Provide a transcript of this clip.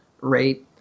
rate